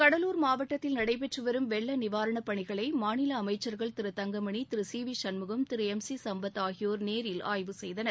கடலூர் மாவட்டத்தில் நடைபெற்றுவரும் வெள்ள நிவாரண பணிகளை மாநில அமைச்சர்கள் Thiru Thangamani Thiru C V Shanmugam Thiru M C Sampath ஆகியோர் ஆய்வு செய்தனர்